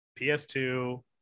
PS2